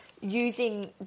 using